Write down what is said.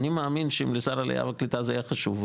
אני מאמין שאם לשר העלייה והקליטה זה היה חשוב,